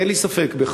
אין לי ספק בכך.